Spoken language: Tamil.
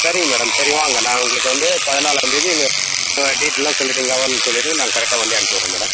சரிங்க மேடம் சரி வாங்க நான் உங்களுக்கு வந்து பதினாலாந்தேதி இங்கே டேட்டுலாம் சொல்லிவிட்டீங்கன்னா சொல்லிடுறேன் நான் கரெக்டாக வண்டியை அனுப்ச்சிவிடுறேன் மேடம்